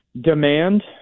Demand